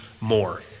more